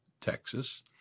Texas